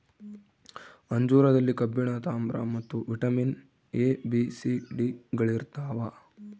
ಅಂಜೂರದಲ್ಲಿ ಕಬ್ಬಿಣ ತಾಮ್ರ ಮತ್ತು vitamin A B C D ಗಳಿರ್ತಾವ